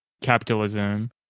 capitalism